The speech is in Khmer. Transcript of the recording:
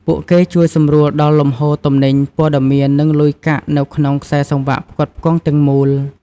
ពួកគេជួយសម្រួលដល់លំហូរទំនិញ ព័ត៌មាន និងលុយកាក់នៅក្នុងខ្សែសង្វាក់ផ្គត់ផ្គង់ទាំងមូល។